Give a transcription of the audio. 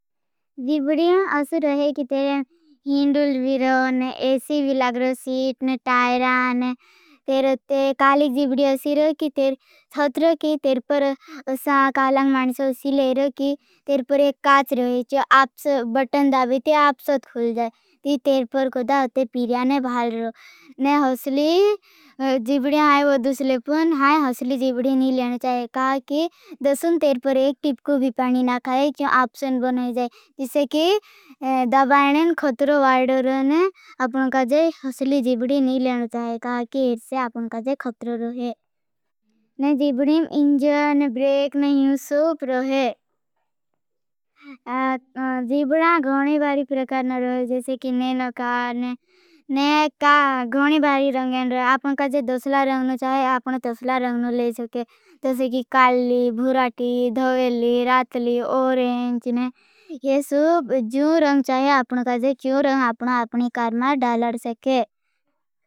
जिवडियां असू रहे कि तेरे हींडल भी रहो। और एसी भी लाग रहो सीट और टायरा और तेरे अते कालिक जिवडियां असी रहो। की तेरे थथ रहो की तेरे पर साखालांग मानस असी ले रहो। की तेरे पर एक काच रहे। चो बटन दावे ते आपसथ खुल जाए। तेरे पर खोड़ा अते पिरियाने भाल रहो। ने हसली जिवडियां हाई वदुसले पुन हाई। हसली जिवडियां नहीं लेना चाहे कहा की। दसन तेरे पर एक टिपको भी पानी ना खाई चो आपसन बन है। जिसे की दाबाएनें खत्रो वाईड रहो। ने अपनों काजे हसली जिवडियां नहीं लेना चाहे। कहा की इसे अपनों काजे खत्रो रहे ने जिवडियां इंजर ने ब्रेक नहीं सूप रहे। जिवडियां गोनी बारी प्रकार ने रहे। जैसे की ने नकार ने गोनी बारी रंगन रहे। अपनों काजे दसला रंगन चाहे। अपनों तसला रंगन ले सके काली, भुराटी, धवेली, रातली, ओरेंच। ने ये सूप जिव रंग चाहे अपनों काजे जिव रंग आपने कार में डालड सके।